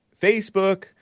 Facebook